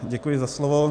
Děkuji za slovo.